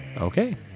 Okay